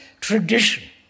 tradition